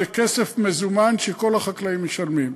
זה כסף מזומן שכל החקלאים משלמים,